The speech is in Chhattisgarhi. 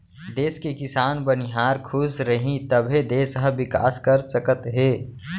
देस के किसान, बनिहार खुस रहीं तभे देस ह बिकास कर सकत हे